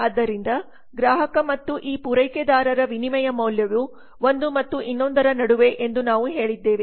ಆದ್ದರಿಂದ ಗ್ರಾಹಕ ಮತ್ತು ಈ ಪೂರೈಕೆದಾರರ ವಿನಿಮಯ ಮೌಲ್ಯವು ಒಂದು ಮತ್ತು ಇನ್ನೊಂದರ ನಡುವೆ ಎಂದು ನಾವು ಹೇಳಿದ್ದೇವೆ